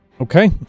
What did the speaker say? Okay